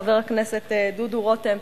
חבר הכנסת דודו רותם,